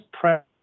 press